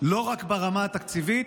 לא רק ברמה התקציבית,